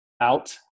out